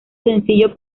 sencillo